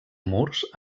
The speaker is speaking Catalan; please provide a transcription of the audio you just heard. murs